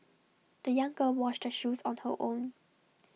the young girl washed her shoes on her own